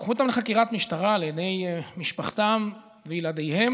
לקחו אותם לחקירת משטרה לעיני משפחתם וילדיהם.